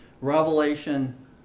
Revelation